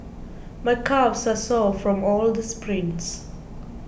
my calves are sore from all the sprints